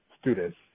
students